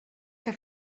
que